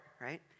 right